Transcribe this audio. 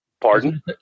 Pardon